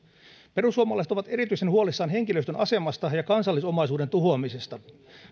perussuomalaiset ovat erityisen huolissaan henkilöstön asemasta ja kansallisomaisuuden tuhoamisesta